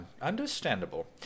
Understandable